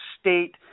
state